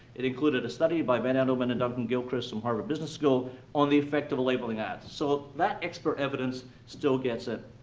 it included a study by ben edelman and duncan gilchrist from harvard business school on the effect of a labeling ad. so that expert evidence still gets in.